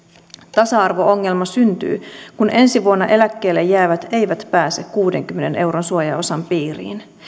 tasa arvo ongelma syntyy kun ensi vuonna eläkkeelle jäävät eivät pääse kuudenkymmenen euron suojaosan piiriin